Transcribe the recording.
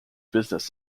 business